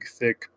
thick